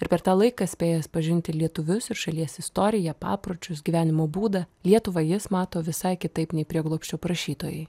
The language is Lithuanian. ir per tą laiką spėjęs pažinti lietuvius ir šalies istoriją papročius gyvenimo būdą lietuvą jis mato visai kitaip nei prieglobsčio prašytojai